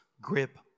grip